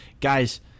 guys